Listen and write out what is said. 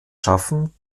schaffen